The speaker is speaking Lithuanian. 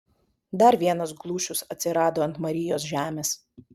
dar vienas glušius atsirado ant marijos žemės